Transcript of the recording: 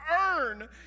earn